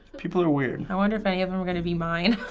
people are weird. i wonder if any of them are gonna be mine.